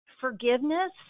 forgiveness